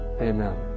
Amen